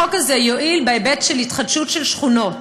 החוק הזה יועיל בהיבט של התחדשות של שכונות,